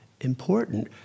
important